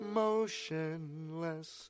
motionless